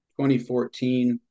2014